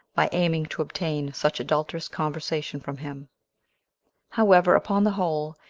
by aiming to obtain such adulterous conversation from him however, upon the whole,